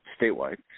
statewide